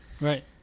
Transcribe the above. Right